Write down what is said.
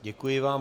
Děkuji vám.